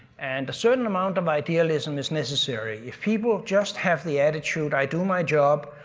and a certain amount of idealism is necessary, if people just have the attitude i do my job,